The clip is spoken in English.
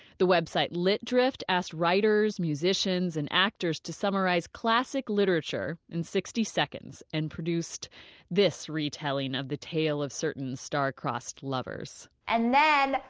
the website lit drift asked writers, musicians and actors to summarize classic literature in sixty seconds and produced this re-telling of the tale of certain star-crossed lovers and then,